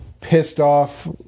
pissed-off